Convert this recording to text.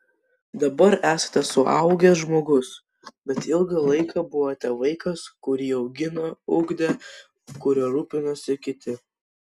dabar esate suaugęs žmogus bet ilgą laiką buvote vaikas kurį augino ugdė kuriuo rūpinosi kiti